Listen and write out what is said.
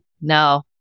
No